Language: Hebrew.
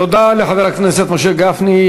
תודה לחבר הכנסת משה גפני.